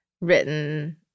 written